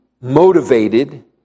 motivated